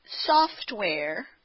software